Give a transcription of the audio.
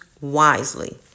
wisely